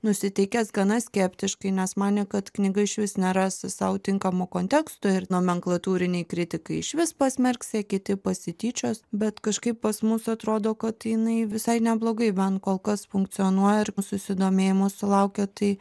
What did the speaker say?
nusiteikęs gana skeptiškai nes manė kad knyga išvis neras sau tinkamo konteksto ir nomenklatūriniai kritikai išvis pasmerks o kiti pasityčios bet kažkaip pas mus atrodo kad jinai visai neblogai bent kol kas funkcionuoja ir susidomėjimo sulaukė tai